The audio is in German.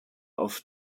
auf